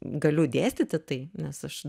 galiu dėstyti tai nes aš